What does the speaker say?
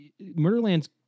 Murderland's